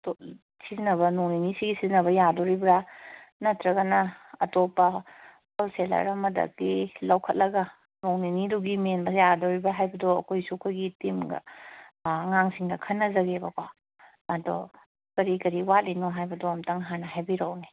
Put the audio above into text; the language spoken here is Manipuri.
ꯁꯤꯖꯤꯟꯅꯕ ꯅꯣꯡꯃ ꯅꯤꯅꯤꯁꯤ ꯁꯤꯖꯤꯟꯅꯕ ꯌꯥꯗꯧꯔꯤꯕꯔꯥ ꯅꯠꯇ꯭ꯔꯒꯅ ꯑꯇꯣꯞꯄ ꯍꯣꯜ ꯁꯦꯜꯂꯔ ꯑꯃꯗꯒꯤ ꯂꯧꯈꯠꯂꯒ ꯅꯣꯡꯃ ꯅꯤꯅꯤꯗꯨꯒꯤ ꯃꯦꯟꯕ ꯌꯥꯒꯗꯧꯔꯤꯕ꯭ꯔꯥ ꯍꯥꯏꯕꯗꯣ ꯑꯩꯈꯣꯏꯁꯨ ꯑꯩꯈꯣꯏꯒꯤ ꯇꯤꯝꯒ ꯑꯉꯥꯡꯁꯤꯡꯒ ꯈꯟꯅꯖꯒꯦꯕꯀꯣ ꯑꯗꯣ ꯀꯔꯤ ꯀꯔꯤ ꯋꯥꯠꯂꯤꯕꯅꯣ ꯍꯥꯏꯕꯗꯣ ꯑꯃꯨꯛꯇꯪ ꯍꯥꯟꯅ ꯍꯥꯏꯕꯤꯔꯛꯑꯣꯅꯦ